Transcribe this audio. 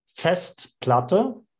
festplatte